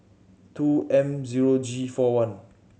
two M zero G four one